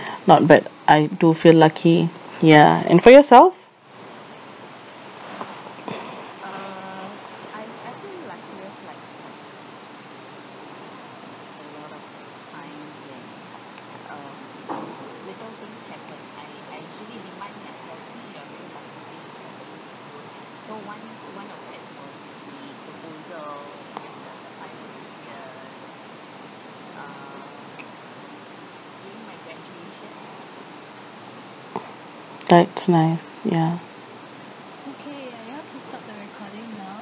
not bad I do feel lucky ya and for yourself that's nice ya